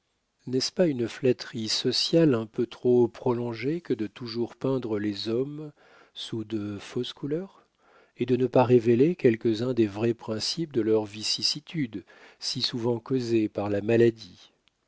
n'est-ce pas une flatterie sociale un peu trop prolongée que de toujours peindre les hommes sous de fausses couleurs et de ne pas révéler quelques-uns des vrais principes de leurs vicissitudes si souvent causées par la maladie